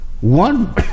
one